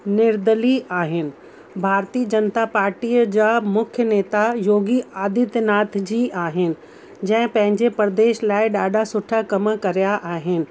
निर्दली आहिनि भारती जनता पार्टीअ जा मुख्य नेता योगी आदित्यनाथ जी आहिनि जंहिं पंहिंजे प्रदेश लाइ ॾाढा सुठा कम कयां आहिनि